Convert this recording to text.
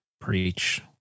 Preach